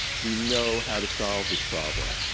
we know how to solve this problem.